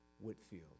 Whitfield